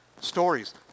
stories